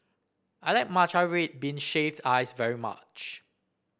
I like Matcha Red Bean Shaved Ice very much